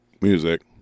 Music